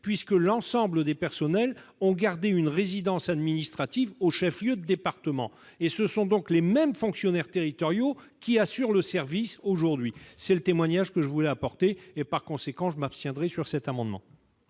puisque l'ensemble des personnels a gardé une résidence administrative au chef-lieu de département. Ce sont donc les mêmes fonctionnaires territoriaux qui assurent le service aujourd'hui. Tel est le témoignage que je voulais apporter pour expliquer mon abstention sur cet amendement.